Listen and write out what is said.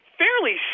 fairly